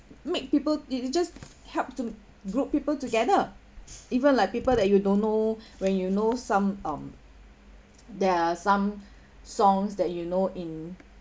makes people it it just help to group people together even like people that you don't know when you know some um there are some songs that you know in